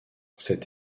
cette